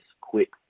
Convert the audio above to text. quick